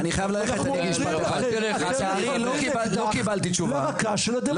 ואנחנו אומרים לכם שאתם מכוונים אקדח לרכה של הדמוקרטיה.